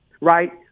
right